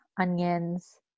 onions